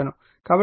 కాబట్టి 17 8